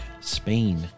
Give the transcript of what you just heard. Spain